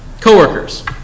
Coworkers